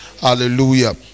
Hallelujah